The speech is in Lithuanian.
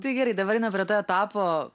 tai gerai dabar einam prie to etapo